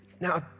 now